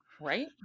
Right